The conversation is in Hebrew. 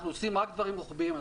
אנחנו עושים רק דברים רוחביים.